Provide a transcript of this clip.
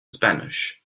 spanish